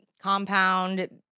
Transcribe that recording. compound